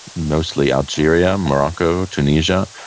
mostly algeria, morocco, tunisia.